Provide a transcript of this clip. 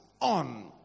on